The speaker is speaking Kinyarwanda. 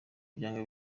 byanga